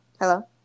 Hello